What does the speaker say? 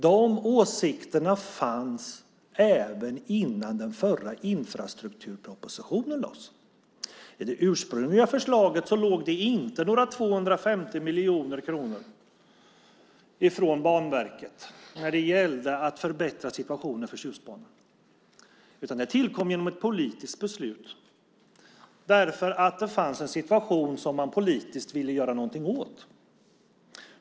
De åsikterna fanns även innan den förra infrastrukturpropositionen lades fram. I det ursprungliga förslaget fanns det inte några 250 miljoner kronor från Banverket för att förbättra situationen för Tjustbanan. De tillkom genom ett politiskt beslut därför att det fanns en situation som man politiskt ville göra någonting åt.